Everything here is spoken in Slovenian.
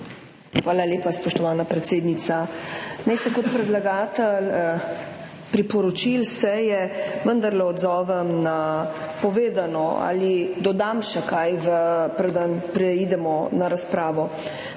Hvala lepa, spoštovana predsednica. Naj se kot predlagatelj priporočil seje vendarle odzovem na povedano ali dodam še kaj, preden preidemo na razpravo.